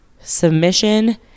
submission